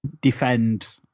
defend